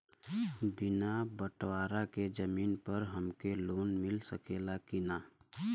बिना बटवारा के जमीन पर हमके लोन मिल सकेला की ना?